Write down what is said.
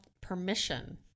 permission